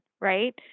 right